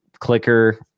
clicker